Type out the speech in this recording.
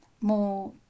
more